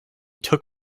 took